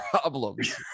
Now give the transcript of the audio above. Problems